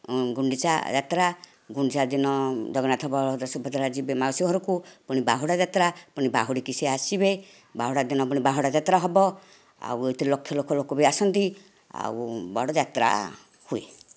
ଗୁଣ୍ଡିଚା ଯାତ୍ରା ଗୁଣ୍ଡିଚା ଦିନ ଜଗନ୍ନାଥ ବଳଭଦ୍ର ସୁଭଦ୍ରା ଯିବେ ମାଉସୀ ଘରକୁ ପୁଣି ବାହୁଡ଼ା ଯାତ୍ରା ପୁଣି ବାହୁଡ଼ିକି ସେ ଆସିବେ ବାହୁଡ଼ା ଦିନ ପୁଣି ବାହୁଡ଼ା ଯାତ୍ରା ହେବ ଆଉ ଏଥିରେ ଲକ୍ଷ ଲକ୍ଷ ଲୋକ ବି ଆସନ୍ତି ଆଉ ବଡ଼ ଯାତ୍ରା ହୁଏ